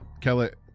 Kellett